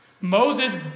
Moses